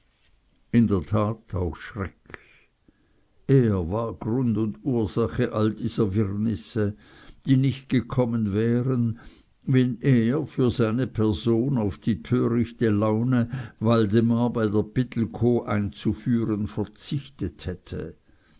in der tat auch schreck er war grund und ursach all dieser wirrnisse die nicht gekommen wären wenn er für seine person auf die törichte laune waldemar bei der pittelkow einzuführen verzichtet hätte